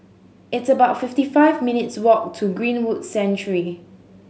it's about fifty five minutes' walk to Greenwood Sanctuary